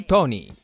Tony